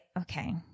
Okay